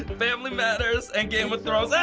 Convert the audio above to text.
family matters and game of thrones. yeah